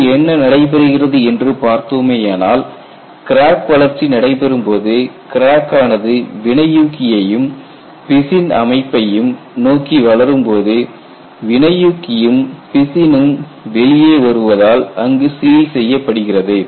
இங்கு என்ன நடைபெறுகிறது என்று பார்த்தோமேயானால் கிராக் வளர்ச்சி நடைபெறும்போது கிராக் ஆனது வினையூக்கியையும் பிசின் அமைப்பையும் நோக்கி வளரும்போது வினையூக்கியும் பிசினும் வெளியே வருவதால் அங்கு சீல் செய்யப்படுகிறது